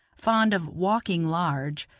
fond of walking large,